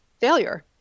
failure